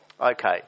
Okay